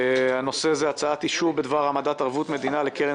הנושא הוא הצעת אישור בדבר העמדת ערבות מדינה לקרן